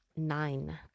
nine